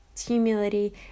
humility